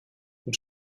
und